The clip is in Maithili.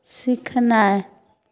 सिखनाइ